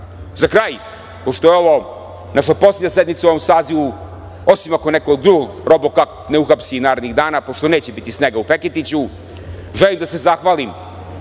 kraj, pošto je ovo naša poslednja sednica u ovom sazivu, osim ako nekog drugog „robokap“ ne uhapsi narednih dana, pošto neće biti snega u Feketiću, želim da se zahvalim